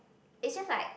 is just like